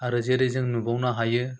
आरो जेरै जों नुबावनो हायो